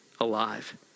alive